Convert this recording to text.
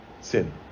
sin